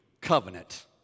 covenant